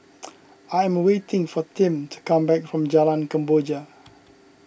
I am waiting for Tim to come back from Jalan Kemboja